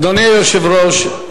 אדוני היושב-ראש,